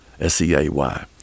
S-E-A-Y